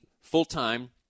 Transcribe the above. full-time